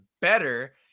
better